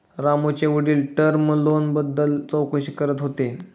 रामूचे वडील टर्म लोनबाबत चौकशी करत होते